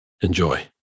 Enjoy